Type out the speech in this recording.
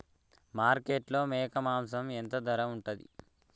మార్కెట్లో మేక మాంసం ధర ఎంత ఉంటది?